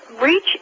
reach